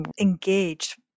engaged